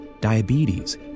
diabetes